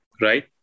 right